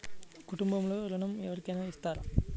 కుటుంబంలో ఋణం ఎవరికైనా ఇస్తారా?